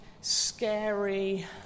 scary